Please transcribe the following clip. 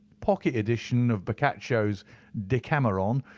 pocket edition of boccaccio's decameron,